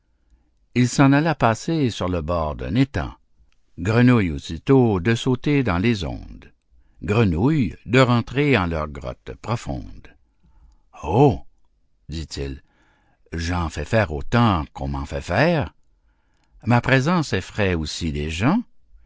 il s'en alla passer sur le bord d'un étang grenouilles aussitôt de sauter dans les ondes grenouilles de rentrer en leurs grottes profondes oh dit-il j'en fais faire autant qu'on m'en fait faire ma présence effraie aussi les gens